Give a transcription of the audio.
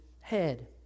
head